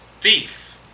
Thief